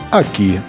aqui